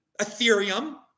Ethereum